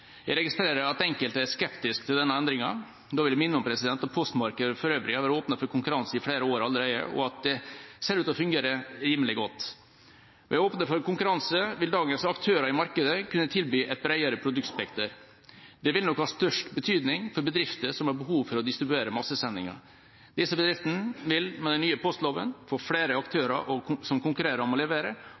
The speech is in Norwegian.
Jeg registrerer at enkelte er skeptiske til denne endringa. Da vil jeg minne om at postmarkedet for øvrig har vært åpent for konkurranse i flere år allerede, og at det ser ut til å fungere rimelig godt. Ved å åpne for konkurranse vil dagens aktører i markedet kunne tilby et bredere produktspekter. Det vil nok ha størst betydning for bedrifter som har behov for å distribuere massesendinger. Disse bedriftene vil med den nye postloven få flere aktører som konkurrerer om å levere.